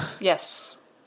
yes